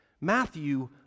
Matthew